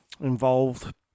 involved